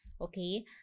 okay